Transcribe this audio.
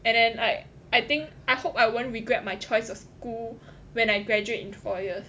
and then like I think I hope I won't regret my choice of school when I graduate in four years